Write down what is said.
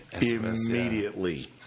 immediately